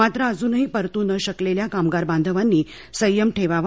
मात्र अजूनही परतू न शकलेल्या कामगार बांधवांनी संयम ठेवावा